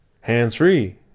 hands-free